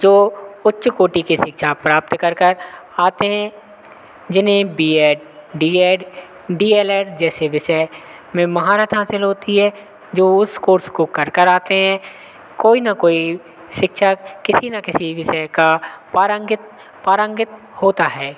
जो उच्च कोटि के शिक्षा प्राप्त करकर आते हैं जिन्हें B Ed D Ed D El Ed जैसे विषय में महारत हासिल होती है जो उस कोर्स को करकर आते हैं कोई ना कोई शिक्षक किसी ना किसी विषय का पारंगित पारंगित होता है